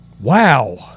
Wow